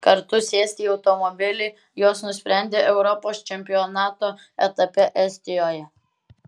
kartu sėsti į automobilį jos nusprendė europos čempionato etape estijoje